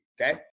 okay